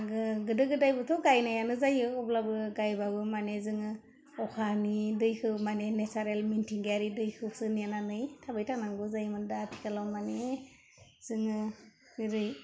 आङो गोदो गोदायबोथ' गाइनायानो जायो अब्लाबो गाइबाबो माने जोङो अखानि दैखौ माने नेसारेल मिथिंगायारि दैखौसो नेनानै थाबाय थानांगौ जायोमोन दा आथिखालाव माने जोङो जेरै